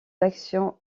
l’action